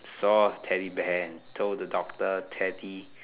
soft teddy bear and told the doctor Teddy